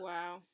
Wow